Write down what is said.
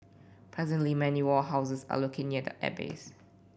presently many warehouses are located near the airbase